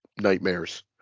nightmares